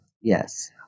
Yes